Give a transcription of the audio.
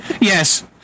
yes